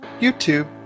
YouTube